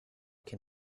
can